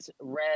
Red